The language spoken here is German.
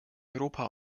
europa